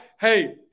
hey